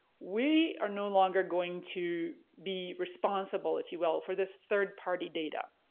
we are no longer going to be responsible if you will for this third party data.